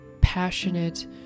passionate